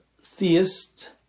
theist